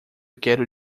quero